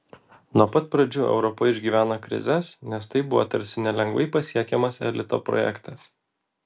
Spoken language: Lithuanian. nuo pat pradžių europa išgyveno krizes nes tai buvo tarsi nelengvai pasiekiamas elito projektas